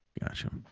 Gotcha